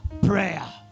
prayer